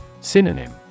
Synonym